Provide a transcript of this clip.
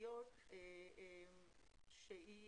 הממשלתיות שהיא